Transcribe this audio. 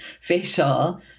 facial